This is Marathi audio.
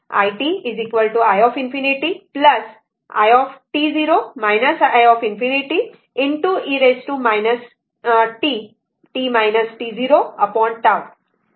तर म्हणूनच इक्वेशन 75 वरून ते i i∞ i i∞ e T